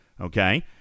Okay